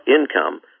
income